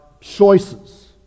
choices